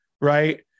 right